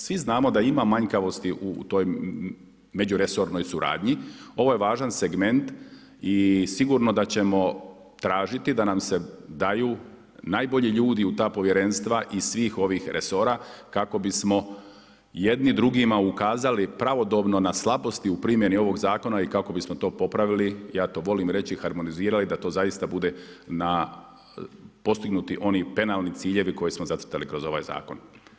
Svi znamo da ima manjkavosti u tom međuresornoj suradnji, ovo je važan segment i sigurno da ćemo tražiti da nam se daju najbolji ljudi u ta povjerenstva iz svih ovih resora kako bismo jedni drugima ukazali pravodobno na slabosti u primjenu ovog zakona ili kako bismo to popravili, ja to volimo reći harmonizirali, da to zaista bude na postignuti oni penalni ciljevi koji smo zacrtali kroz ovaj zakon.